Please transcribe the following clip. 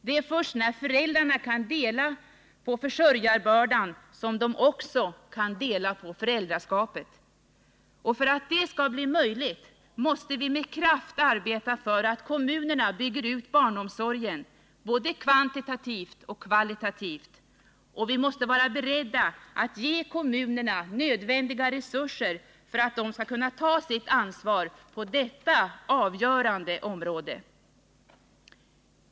Det är först när föräldrarna kan dela på försörjarbördan som de också kan dela på föräldraskapet. För att detta skall bli möjligt måste vi med kraft arbeta för att kommunerna bygger ut barnomsorgen både kvantitativt och kvalitativt. Och vi måste vara beredda att ge kommunerna nödvändiga resurser för att de skall kunna ta sitt ansvar på detta avgörande område.